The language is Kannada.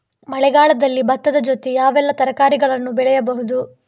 ಮಳೆಗಾಲದಲ್ಲಿ ಭತ್ತದ ಜೊತೆ ಯಾವೆಲ್ಲಾ ತರಕಾರಿಗಳನ್ನು ಬೆಳೆಯಬಹುದು?